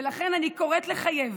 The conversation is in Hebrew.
ולכן, אני קוראת לחייב